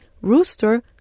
rooster